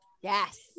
Yes